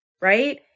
right